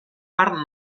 part